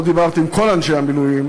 לא דיברתי עם כל אנשי המילואים,